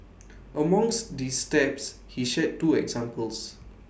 amongst these steps he shared two examples